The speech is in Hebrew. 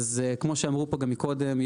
כמו אמרו פה גם מקודם,